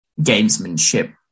gamesmanship